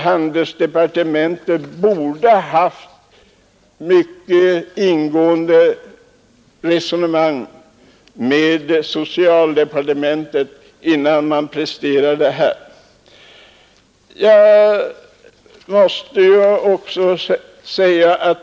Handelsdepartementet borde ha haft mycket ingående resonemang med socialdepartementet innan skrivelsen färdigställdes.